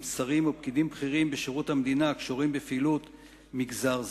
שרים ופקידים בכירים בשירות המדינה הקשורים לפעילות מגזר זה.